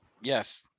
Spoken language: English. yes